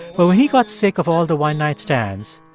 but when he got sick of all the one-night stands,